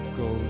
go